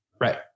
Right